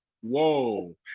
whoa